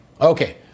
Okay